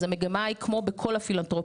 אז המגמה היא כמו בכל הפילנתרופיה,